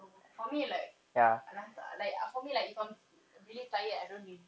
for me like I lantak ah like ah for me like if I'm really tired I don't mean